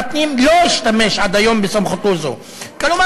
הפנים לא השתמש עד היום בסמכותו זו"; כלומר,